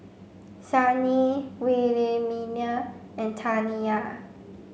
Shani Wilhelmina and Taniyah